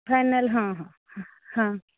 final ହଁ ହଁ ହଁ ହଁ